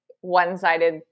one-sided